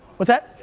what's that?